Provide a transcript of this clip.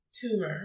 tumor